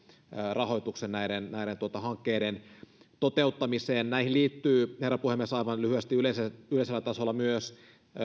rahoituksen näiden hankkeiden toteuttamiseen näihin liittyy herra puhemies aivan lyhyesti yleisellä yleisellä tasolla myös